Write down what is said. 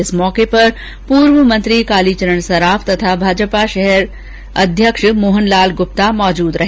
इस मौके पर पूर्व मंत्री कालीचरण सराफ तथा जयपुर शहर भाजपा अध्यक्ष मोहनलाल गुप्ता मौजूद रहे